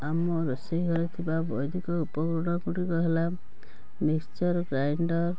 ଆମ ରୋଷେଇ ଘରେ ଥିବା ବୈଦିକ ଉପକରଣ ଗୁଡ଼ିକ ହେଲା ମିକ୍ସଚର ଗ୍ରାଇଣ୍ଡର